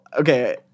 okay